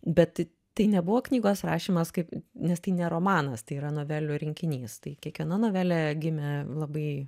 bet tai nebuvo knygos rašymas kaip nes tai ne romanas tai yra novelių rinkinys tai kiekviena novelė gimė labai